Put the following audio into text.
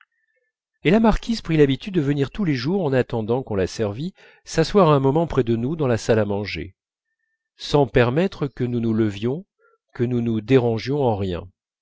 et la marquise prit l'habitude de venir tous les jours en attendant qu'on la servît s'asseoir un moment près de nous dans la salle à manger sans permettre que nous nous levions que nous nous dérangions en rien